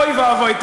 אוי ואבוי,